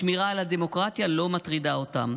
שמירה על הדמוקרטיה לא מטרידה אותם.